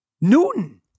Newton